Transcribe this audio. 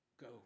go